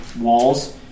walls